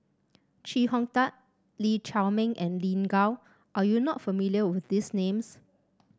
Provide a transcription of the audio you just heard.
Chee Hong Tat Lee Chiaw Meng and Lin Gao are you not familiar with these names